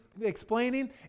explaining